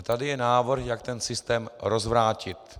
A tady je návrh, jak ten systém rozvrátit.